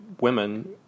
women